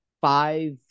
five